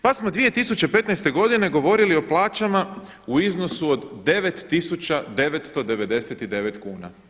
Pa smo 2015. godine govorili o plaćama u iznosu od 9.999 kuna.